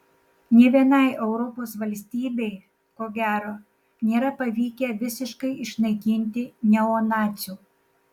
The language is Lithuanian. nė vienai europos valstybei ko gero nėra pavykę visiškai išnaikinti neonacių